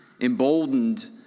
emboldened